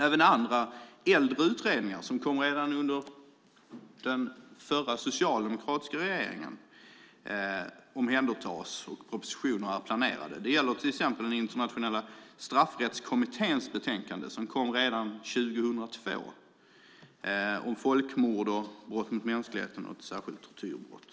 Även andra äldre utredningar, sådana som kom under den socialdemokratiska regeringen, omhändertas, och propositioner är planerade. Det gäller exempelvis Internationella straffrättskommitténs betänkande, som kom redan 2002, och behandlar folkmord, brott mot mänskligheten och ett särskilt tortyrbrott.